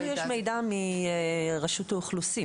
לנו יש מידע מרשות האוכלוסין.